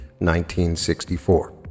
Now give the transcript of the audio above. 1964